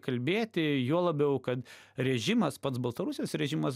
kalbėti juo labiau kad režimas pats baltarusijos režimas